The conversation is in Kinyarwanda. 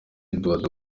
edouard